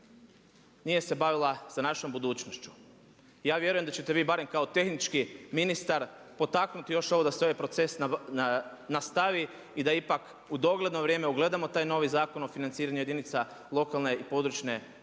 nije se bavila sa našom budućnošću. Ja vjerujem da ćete vi barem kao tehnički ministar potaknuti još ovo da se ovaj proces nastavi i da ipak u dogledno vrijeme ugledamo taj novi Zakon o financiranju jedinica lokalne i područne samouprave,